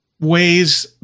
ways